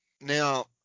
Now